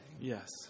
Yes